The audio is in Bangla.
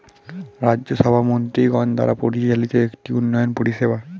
রাজ্য সভা মন্ত্রীগণ দ্বারা পরিচালিত একটি উন্নয়ন পরিষেবা